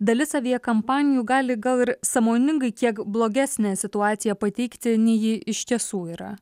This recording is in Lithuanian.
dalis aviakampanijų gali gal ir sąmoningai kiek blogesnę situaciją pateikti nei ji iš tiesų yra